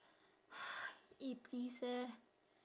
eh please eh